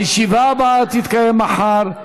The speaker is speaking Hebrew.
הישיבה הבאה תתקיים מחר,